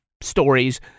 stories